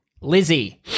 Lizzie